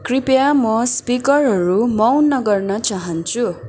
कृपया म स्पिकरहरू मौन गर्न चाहन्छु